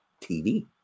TV